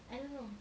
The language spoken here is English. I don't know